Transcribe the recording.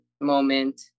moment